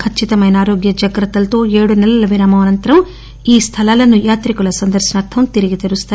ఖచ్చితమైన ఆరోగ్య జాగ్రత్తలతో ఏడు నెలల విరామం అనంతరం ఈ స్తాలలను యాత్రికుల సందర్పనార్గం తిరిగి తెరుస్తారు